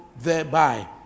thereby